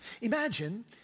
Imagine